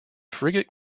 frigate